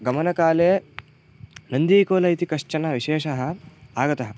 गमनकाले नन्दीकोल इति कश्चन विशेषः आगतः